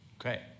Okay